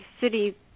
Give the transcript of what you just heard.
city